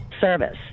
service